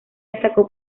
destacó